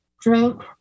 drink